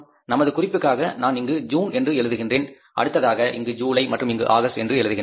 நமது குறிப்புக்காக நான் இங்கு ஜூன் என்று எழுதுகின்றேன் அடுத்ததாக இங்கு ஜூலை மற்றும் இங்கு ஆகஸ்ட் என்று எழுதுகின்றேன்